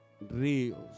ríos